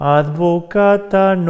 advocata